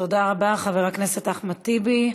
תודה רבה, חבר הכנסת אחמד טיבי.